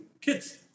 kids